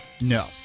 No